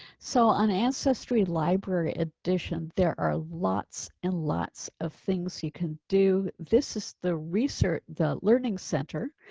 so on ancestry library edition there are lots and lots of things you can do. this is the research the learning center.